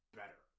better